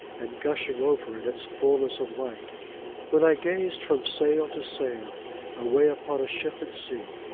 and gushing over in its fulness of light when i gazed from sail to sail away upon a ship at sea,